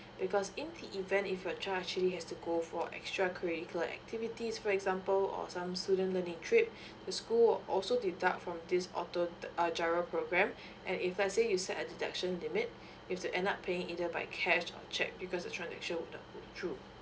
because in the event if your child actually has to go for extra curricular activities for example or some student learning trip to school also deduct from this auto uh giro program and if let say you set a deduction limit you've to end up paying either by cash or cheque because the transaction will not go through